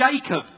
Jacob